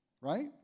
right